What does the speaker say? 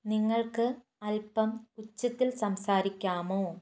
നിങ്ങൾക്ക് അൽപ്പം ഉച്ചത്തിൽ സംസാരിക്കാമോ